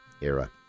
era